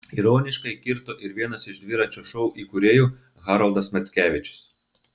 ironiškai kirto ir vienas iš dviračio šou įkūrėjų haroldas mackevičius